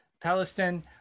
Palestine